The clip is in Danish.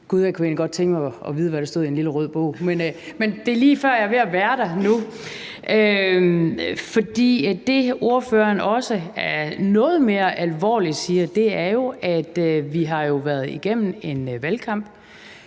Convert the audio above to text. Gud, hvor kunne jeg egentlig godt tænke mig at vide, hvad der står i en lille rød bog. Men det er lige før, jeg er ved at være der nu. For det, ordføreren også noget mere alvorligt siger, er, at vi jo har været igennem en valgkamp,